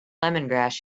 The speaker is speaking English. lemongrass